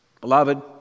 Beloved